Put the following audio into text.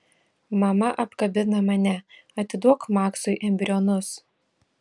mama apkabina mane atiduok maksui embrionus